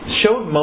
showed